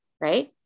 right